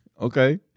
Okay